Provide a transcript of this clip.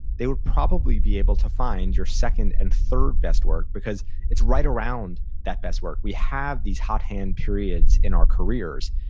they would probably be able to find your second and third-best work because it's right around that best work. we have these hot hand periods in our careers,